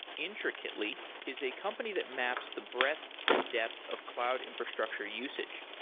intricately is a company that maps the breadth and depth of cloud infrastructure usage.